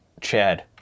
Chad